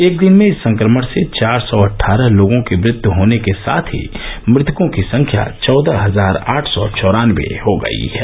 एक दिन में इस संक्रमण से चार सौ अट्ठारह लोगों की मृत्यु होने के साथ मृतकों की संख्या चौदह हजार आठ सौ चौरानबे हो गई है